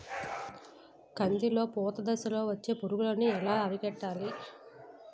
కందిలో పూత దశలో వచ్చే పురుగును ఎలా అరికట్టాలి?